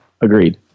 Agreed